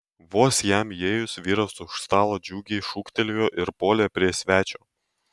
vos jam įėjus vyras už stalo džiugiai šūktelėjo ir puolė prie svečio